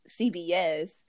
CBS